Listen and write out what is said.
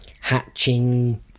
Hatching